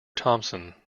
thomson